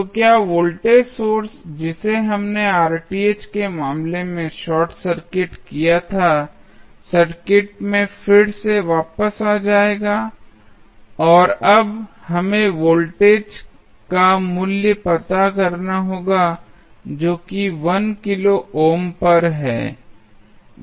तो क्या voltage source जिसे हमने के मामले में शॉर्ट सर्किट किया था सर्किट में फिर से वापस आ जाएगा और अब हमें वोल्टेज का मूल्य पता करना होगा जो कि 1 किलो ओम पर है जो कि है